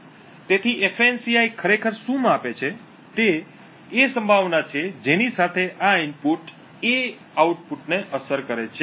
તેથી ફાન્સી ખરેખર શું માપે છે તે સંભાવના છે જેની સાથે આ ઇનપુટ A આઉટપુટને અસર કરે છે